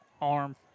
arm